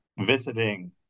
visiting